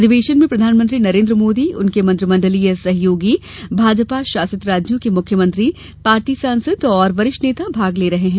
अधिवेशन में प्रधानमंत्री नरेन्द्र मोदी उनके मंत्रिमंडलीय सहयोगी भाजपा शासित राज्यों के मुख्यमंत्री पार्टी सांसद और वरिष्ठ नेता भाग ले रहे हैं